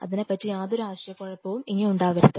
അതിനെപ്പറ്റി യാതൊരു ആശയക്കുഴപ്പവും ഇനി ഉണ്ടാവരുത്